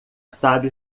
sabe